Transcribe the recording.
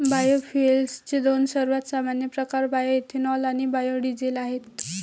बायोफ्युएल्सचे दोन सर्वात सामान्य प्रकार बायोएथेनॉल आणि बायो डीझेल आहेत